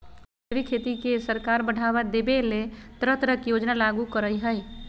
जैविक खेती के सरकार बढ़ाबा देबय ले तरह तरह के योजना लागू करई हई